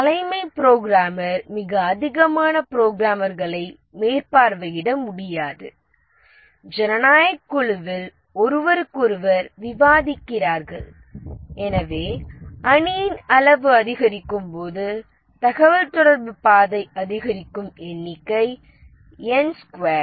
தலைமை புரோகிராமர் மிக அதிகமான புரோகிராமர்களை மேற்பார்வையிட முடியாது ஜனநாயகக் குழுவில் ஓருவருக்கொருவர் விவாதிக்கிறார்கள் எனவே அணியின் அளவு அதிகரிக்கும்போது தகவல்தொடர்பு பாதை அதிகரிக்கும் எண்ணிக்கை N ஸ்குயர்